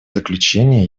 заключение